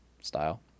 style